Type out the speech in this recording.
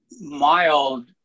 mild